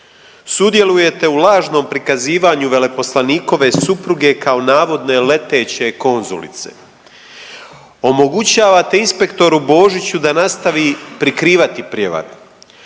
sudjelujete u lažnom prikazivanju veleposlanikove supruge kao navodne leteće konzulice, omogućavate inspektoru Božiću da nastavi prikrivati prijevare,